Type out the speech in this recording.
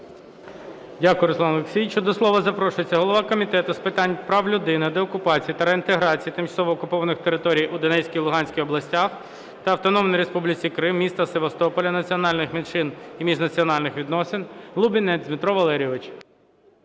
Дякую, Руслане Олексійовичу. До слова запрошується голова Комітету з питань прав людини, деокупації та реінтеграції тимчасово окупованих територій у Донецькій, Луганській областях та Автономної Республіки Крим, міста Севастополя, національних меншин і міжнаціональних відносин Лубінець Дмитро Валерійович.